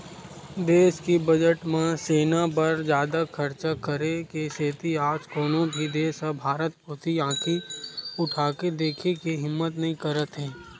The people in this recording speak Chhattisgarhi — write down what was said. देस के बजट म सेना बर जादा खरचा करे के सेती आज कोनो भी देस ह भारत कोती आंखी उठाके देखे के हिम्मत नइ करत हे